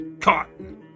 Cotton